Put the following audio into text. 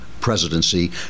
presidency